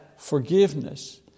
Forgiveness